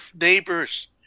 neighbors